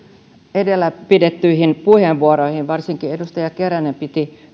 edellä pidettyihin puheenvuoroihin varsinkin edustaja keränen piti